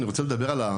אלא על הפתרונות,